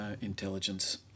intelligence